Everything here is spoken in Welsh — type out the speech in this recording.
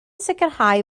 sicrhau